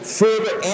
further